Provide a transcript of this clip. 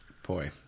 Boy